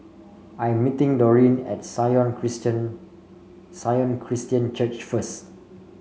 I am meeting Dorene at Sion Christian Sion Christian Church first